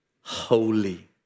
holy